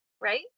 right